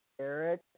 Eric